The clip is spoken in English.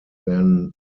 then